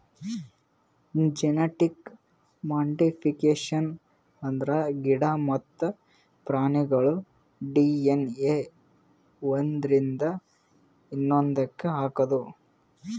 genetic modification ಅಂದ್ರ ಗಿಡ ಮತ್ತ್ ಪ್ರಾಣಿಗೋಳ್ ಡಿ.ಎನ್.ಎ ಒಂದ್ರಿಂದ ಇನ್ನೊಂದಕ್ಕ್ ಹಾಕದು